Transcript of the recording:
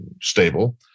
stable